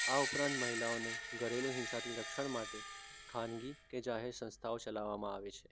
આ ઉપરાંત મહિલાઓને ઘરેલું હિંસાથી રક્ષણ માટે ખાનગી કે જાહેર સંસ્થાઓ ચલાવવામાં આવે છે